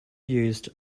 used